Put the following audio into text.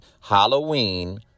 Halloween